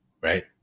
right